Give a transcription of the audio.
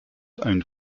owned